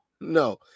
no